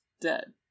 dead